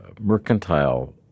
mercantile